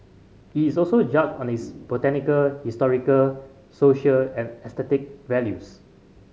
it is also judged on its botanical historical social and aesthetic values